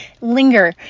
linger